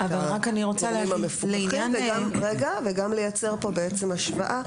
את המקרים המפוקחים וגם לייצר כאן השוואה